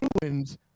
Bruins